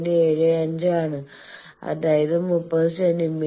75 ആണ് അതായത് 30 സെന്റീമീറ്റർ